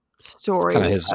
story